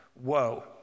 whoa